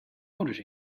ouders